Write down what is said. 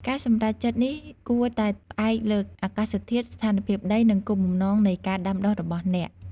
ការសម្រេចចិត្តនេះគួរតែផ្អែកលើ អាកាសធាតុ ស្ថានភាពដី និង គោលបំណងនៃការដាំដុះ របស់អ្នក។